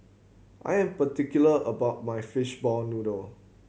I am particular about my fishball noodle